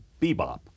bebop